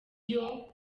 yoooo